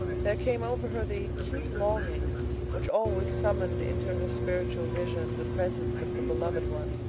there came over her the acute longing which always summoned into her spiritual vision the presence of the beloved one,